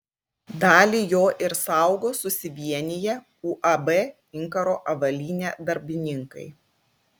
dalį jo ir saugo susivieniję uab inkaro avalynė darbininkai